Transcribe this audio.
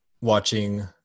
watching